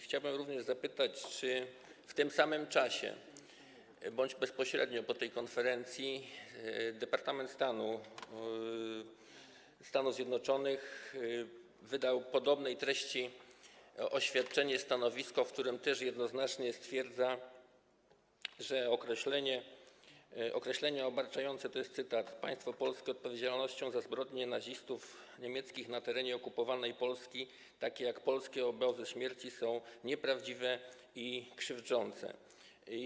Chciałbym również zapytać, czy w tym samym czasie bądź bezpośrednio po tej konferencji Departament Stanu Stanów Zjednoczonych wydał podobnej treści oświadczenie, stanowisko, w którym też jednoznacznie stwierdza, że określenia obarczające, to jest cytat, państwo polskie odpowiedzialnością za zbrodnie nazistów niemieckich na terenie okupowanej Polski, takie jak polskie obozy śmierci, są nieprawdziwe i krzywdzące.